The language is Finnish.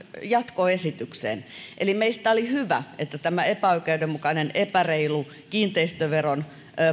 jatkoesitykseen meistä oli hyvä että tämä epäoikeudenmukainen epäreilu kiinteistöveron